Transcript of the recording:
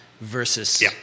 versus